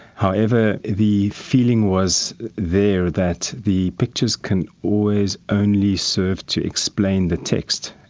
however, the feeling was there that the pictures can always only serve to explain the text,